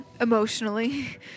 emotionally